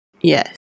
Yes